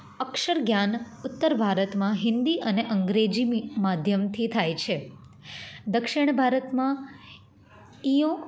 અક્ષર જ્ઞાન ઉત્તર ભારતમાં હિન્દી અને અંગ્રેજી માધ્યમથી થાય છે દક્ષિણ ભારતમાં ઇઓ